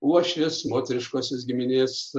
uošvis moteriškosios giminės